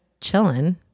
chilling